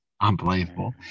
unbelievable